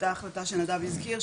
אותה החלטה שנדב הזכיר,